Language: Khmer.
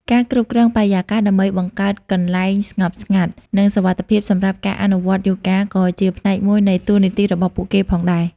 ការ គ្រប់គ្រងបរិយាកាស ដើម្បីបង្កើតកន្លែងស្ងប់ស្ងាត់ និងសុវត្ថិភាពសម្រាប់ការអនុវត្តយូហ្គាក៏ជាផ្នែកមួយនៃតួនាទីរបស់ពួកគេដែរ។